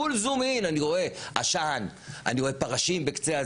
פול זום אין, אני רואה עשן, אני רואה פרשים בקצה.